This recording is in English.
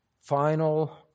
final